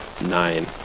nine